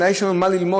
עדיין יש לנו מה ללמוד,